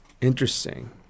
Interesting